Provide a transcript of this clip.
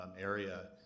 area